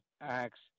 Acts